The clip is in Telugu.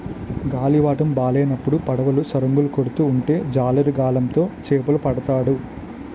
గాలివాటము బాలేనప్పుడు పడవలు సరంగులు కొడుతూ ఉంటే జాలరి గాలం తో చేపలు పడతాడు